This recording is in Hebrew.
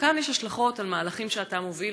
וכאן יש השלכות של מהלכים שאתה מוביל,